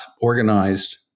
organized